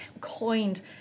coined